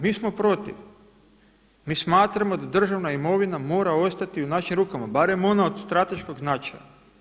Mi smo protiv, mi smatramo da državna imovina mora ostati u našim rukama, barem ona od strateškog značaja.